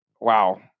Wow